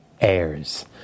heirs